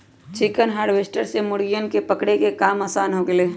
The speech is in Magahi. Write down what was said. चिकन हार्वेस्टर से मुर्गियन के पकड़े के काम आसान हो गैले है